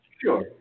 Sure